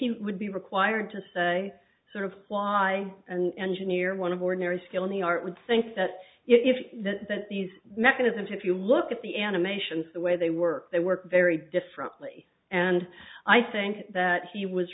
he would be required to say sort of ply and engineer one of ordinary skill in the art would think that if that that these mechanisms if you look at the animations the way they work they work very differently and i think that he was